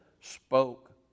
spoke